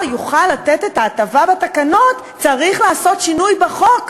יוכל לתת את ההטבה בתקנות צריך לעשות שינוי בחוק?